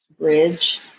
bridge